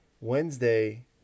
Wednesday